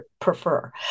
prefer